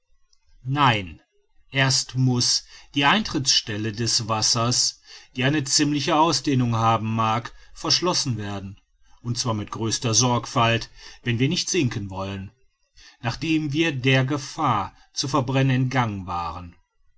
nein erst muß die eintrittsstelle des wassers die eine ziemliche ausdehnung haben mag verschlossen werden und zwar mit größter sorgfalt wenn wir nicht sinken wollen nachdem wir der gefahr zu verbrennen entgangen waren